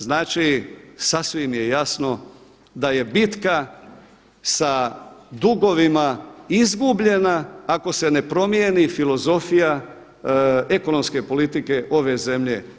Znači, sasvim je jasno da je bitka sa dugovima izgubljena ako se ne promijeni filozofija ekonomske politike ove zemlje.